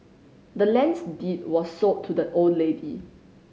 the land's deed was sold to the old lady